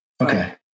Okay